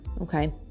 okay